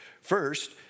First